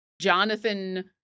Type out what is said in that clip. Jonathan